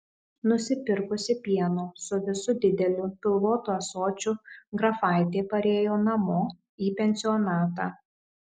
nusipirkusi pieno su visu dideliu pilvotu ąsočiu grafaitė parėjo namo į pensionatą